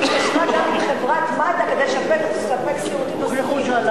כי היא התקשרה גם עם מד"א כדי לספק שירותים נוספים.